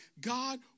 God